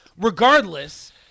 regardless